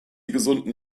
gesunden